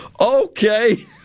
Okay